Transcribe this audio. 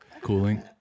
Cooling